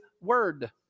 Word